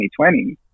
2020